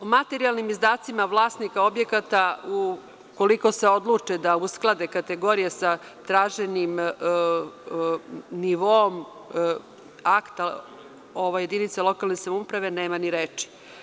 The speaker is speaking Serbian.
O materijalnim izdacima vlasnika objekata, ukoliko se odluče da usklade kategorije sa traženim nivoom akta jedinice lokalne samouprave. nema ni reči.